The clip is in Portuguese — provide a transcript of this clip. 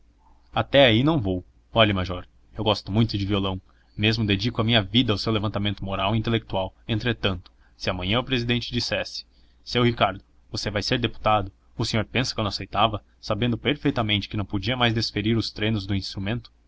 até aí não vou olhe major eu gosto muito de violão mesmo dedico a minha vida ao seu levantamento moral e intelectual entretanto se amanhã o presidente dissesse seu ricardo você vai ser deputado o senhor pensa que eu não aceitava sabendo perfeitamente que não podia mais desferir os trenos do instrumento